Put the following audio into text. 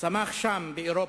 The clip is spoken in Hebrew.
צמח שם, באירופה.